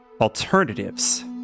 alternatives